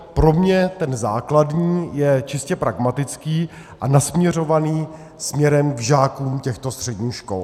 Pro mě ten základní je čistě pragmatický a nasměrovaný směrem k žákům těchto středních škol.